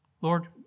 Lord